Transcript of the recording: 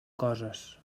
coses